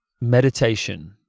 meditation